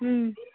হুম